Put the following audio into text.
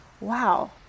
wow